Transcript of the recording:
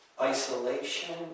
isolation